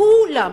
כולם,